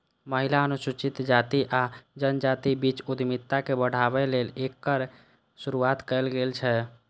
महिला, अनुसूचित जाति आ जनजातिक बीच उद्यमिता के बढ़ाबै लेल एकर शुरुआत कैल गेल छै